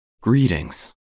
Greetings